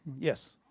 yes?